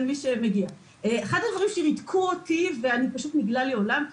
אחד הדברים שריתקו אותי, ופשוט נגלה לי עולם.